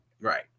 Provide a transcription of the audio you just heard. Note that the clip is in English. right